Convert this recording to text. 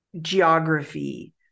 geography